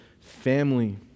family